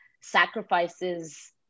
sacrifices